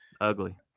Ugly